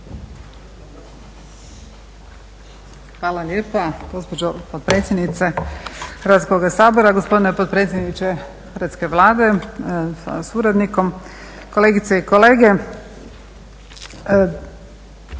Hvala lijepo gospodine predsjedniče Hrvatskoga sabora. Gospodine potpredsjedniče hrvatske Vlade sa suradnikom, kolegice i kolege. Zakon